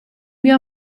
mio